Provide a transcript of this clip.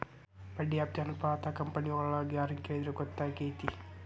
ಬಡ್ಡಿ ವ್ಯಾಪ್ತಿ ಅನುಪಾತಾ ಕಂಪನಿಯೊಳಗ್ ಯಾರ್ ಕೆಳಿದ್ರ ಗೊತ್ತಕ್ಕೆತಿ?